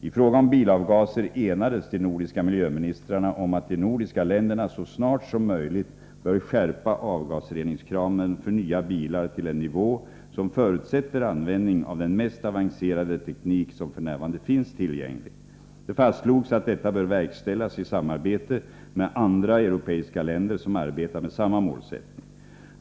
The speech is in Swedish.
I fråga om bilavgaser enades de nordiska miljöministrarna om att de nordiska länderna så snart som möjligt bör skärpa avgasreningskraven för nya bilar till en nivå som förutsätter användning av den mest avancerade teknik som f.n. finns tillgänglig. Det fastslogs att detta bör verkställas i samarbete med andra europeiska länder som arbetar med samma målsättning.